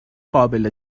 قابل